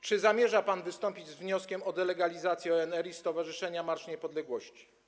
Czy zamierza pan wystąpić z wnioskiem o delegalizację ONR i Stowarzyszenia Marsz Niepodległości?